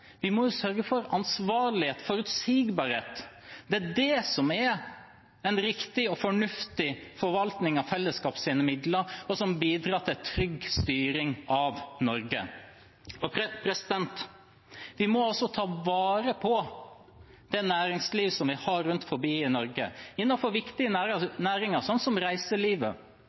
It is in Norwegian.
Vi må jo sørge for ansvarlighet og forutsigbarhet. Det er det som er en riktig og fornuftig forvaltning av fellesskapets midler, og som bidrar til en trygg styring av Norge. Vi må ta vare på det næringslivet vi har rundt om i Norge innenfor viktige næringer, som reiselivet,